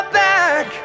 back